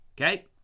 okay